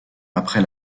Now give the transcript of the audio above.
après